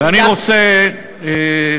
תודה.